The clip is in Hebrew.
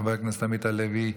חבר הכנסת עמית הלוי,